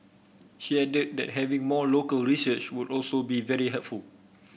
she added that having more local research would also be very helpful